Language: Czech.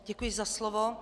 Děkuji za slovo.